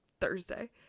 thursday